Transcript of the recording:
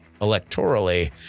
electorally